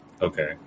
Okay